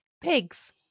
Pigs